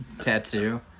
tattoo